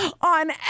on